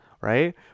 right